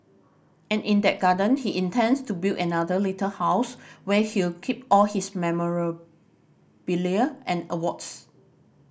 and in that garden he intends to build another little house where he'll keep all his memorabilia and awards